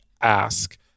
ask